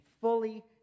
fully